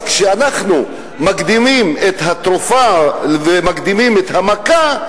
אז כשאנחנו מקדימים את התרופה ומקדימים את המכה,